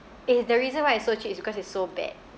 eh the reason why it's so cheap is because it's so bad